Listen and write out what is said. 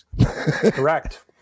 Correct